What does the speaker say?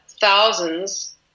thousands